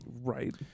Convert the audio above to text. Right